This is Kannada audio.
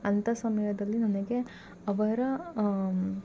ಅಂಥ ಸಮಯದಲ್ಲಿ ನನಗೆ ಅವರ